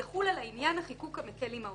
יחול על הענין החיקוק המקל עם העושה,